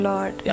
Lord